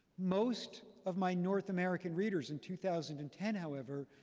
most of my north american readers in two thousand and ten, however,